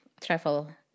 travel